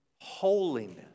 holiness